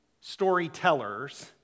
storytellers